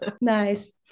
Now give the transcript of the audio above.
Nice